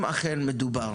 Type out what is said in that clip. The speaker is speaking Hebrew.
אם אכן מדובר